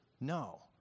No